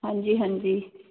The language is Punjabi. ਹਾਂਜੀ ਹਾਂਜੀ